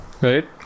right